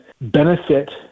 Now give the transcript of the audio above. benefit